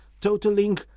totaling